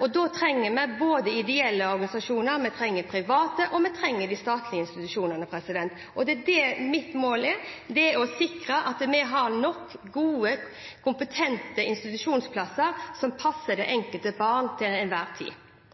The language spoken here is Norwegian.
og da trenger vi både de ideelle organisasjonene, vi trenger de private, og vi trenger de statlige institusjonene. Det som er mitt mål, er å sikre at vi har nok gode, kompetente institusjonsplasser som er tilpasset det enkelte barn til enhver tid.